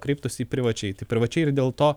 kreiptųsi į privačiai tai privačiai yra dėl to